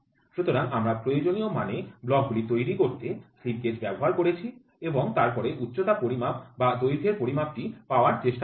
সুতরাং আমরা প্রয়োজনীয় মানে ব্লকগুলি তৈরি করতে স্লিপ গেজ ব্যবহার করেছি এবং তারপরে উচ্চতা পরিমাপ বা দৈর্ঘ্যের পরিমাপটি পাওয়ার চেষ্টা করব